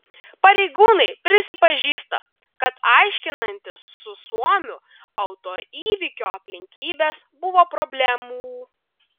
pareigūnai prisipažįsta kad aiškinantis su suomiu autoįvykio aplinkybes buvo problemų